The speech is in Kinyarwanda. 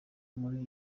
muri